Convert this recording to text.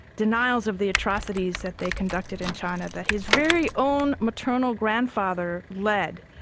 denials of the atrocities that they conducted in china, that his very own maternal grandfather led,